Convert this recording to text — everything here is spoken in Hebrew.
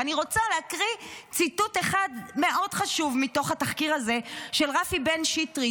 ואני רוצה להקריא ציטוט אחד מאוד חשוב מתוך התחקיר הזה של רפי בן שטרית,